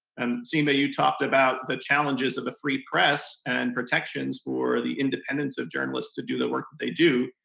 and seema, you talked about the challenges of the free press and protections for the independence of journalists to do the work that they do,